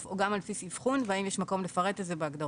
או גם על בסיס אבחון והאם יש מקום לפרט את זה בהגדרות?